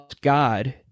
God